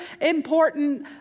important